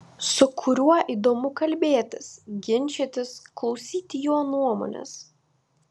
su kuriuo įdomu kalbėtis ginčytis klausyti jo nuomonės